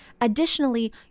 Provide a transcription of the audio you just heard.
additionally